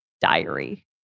diary